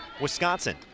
Wisconsin